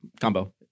Combo